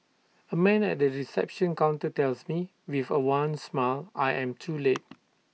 A man at the reception counter tells me with A wan smile I am too late